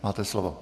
Máte slovo.